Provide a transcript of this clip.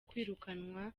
kwirukanwa